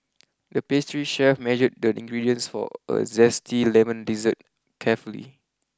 the pastry chef measured the ingredients for a zesty lemon dessert carefully